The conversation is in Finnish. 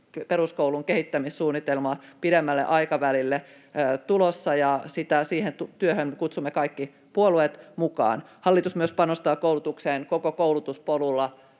peruskoulun kehittämissuunnitelmaa pidemmälle aikavälille tulossa, ja siihen työhön kutsumme kaikki puolueet mukaan. Hallitus myös panostaa koulutukseen koko koulutuspolulla,